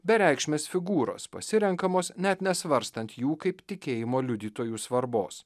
bereikšmės figūros pasirenkamos net nesvarstant jų kaip tikėjimo liudytojų svarbos